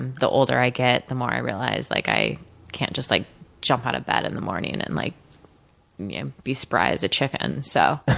the older i get, the more i realize that like i can't just like jump out of bed in the morning, and and like be spry as a chicken. so